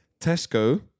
Tesco